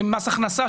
זה מס הכנסה,